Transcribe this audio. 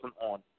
on